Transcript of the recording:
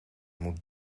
moet